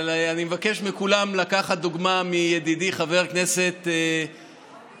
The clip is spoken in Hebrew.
אבל אני מבקש מכולם לקחת דוגמה מידידי חבר כנסת אבידר,